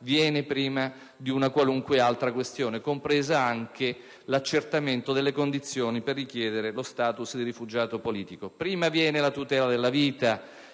viene prima di qualunque altra questione, compreso anche l'accertamento delle condizioni per richiedere lo *status* di rifugiato politico: prima viene la tutela della vita